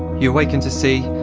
you awaken to see,